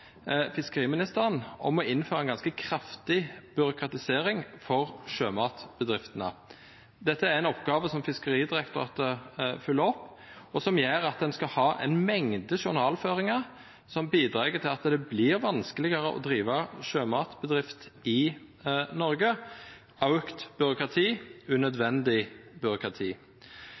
fiskeriministeren om å innføra ei ganske kraftig byråkratisering for sjømatbedriftene. Dette er ei oppgåve som Fiskeridirektoratet følgjer opp, og som gjer at ein skal ha ei mengde journalføringar som bidreg til at det vert vanskelegare å driva sjømatbedrift i Noreg, og auka byråkrati – unødvendig byråkrati.